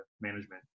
management